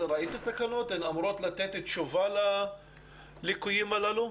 הן אמורות לתת תשובה לליקויים הללו?